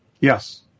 Yes